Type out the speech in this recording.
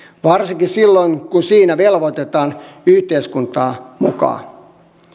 varsinkin silloin kun siinä velvoitetaan yhteiskuntaa mukaan